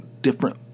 different